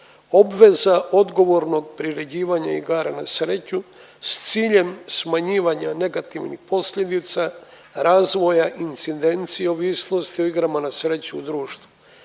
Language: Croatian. Obveza odgovornog priređivanja igara na sreću s ciljem smanjivanja negativnih posljedica, razvoja incidencije ovisnosti o igrama na sreću i društvu.